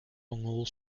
ongl